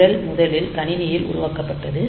நிரல் முதலில் கணினியில் உருவாக்கப்பட்டது